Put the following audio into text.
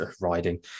riding